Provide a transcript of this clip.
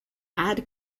add